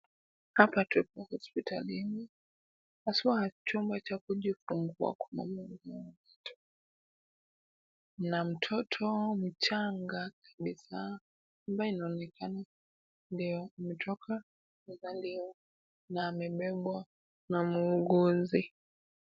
Hapa tupo hospitalini, haswa chumba cha kujifungua. Mna mtoto mchanga kabisa ambaye anaonekana ndio ametoka kuzaliwa na amebebwa na muuguzi.